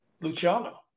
Luciano